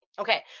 Okay